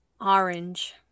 orange